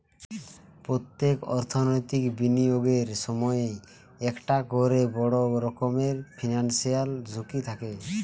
পোত্তেক অর্থনৈতিক বিনিয়োগের সময়ই একটা কোরে বড় রকমের ফিনান্সিয়াল ঝুঁকি থাকে